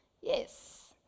Yes